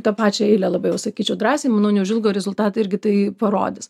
tą pačią eilę labai jau sakyčiau drąsiai manau neužilgo rezultatai irgi tai parodys